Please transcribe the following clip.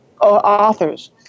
authors